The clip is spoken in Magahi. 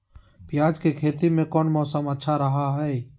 प्याज के खेती में कौन मौसम अच्छा रहा हय?